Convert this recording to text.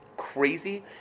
Crazy